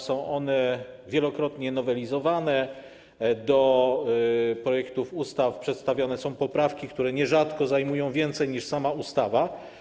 Są one wielokrotnie nowelizowane, do projektów ustaw przedstawione są poprawki, które nierzadko zajmują więcej miejsca niż sama ustawa.